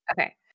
Okay